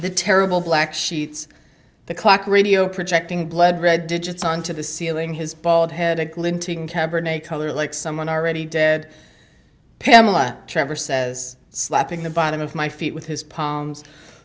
the terrible black sheets the clock radio projecting blood red digits on to the ceiling his bald head a glinting cabernet color like someone already dead pamela trevor says slapping the bottom of my feet with his p